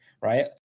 Right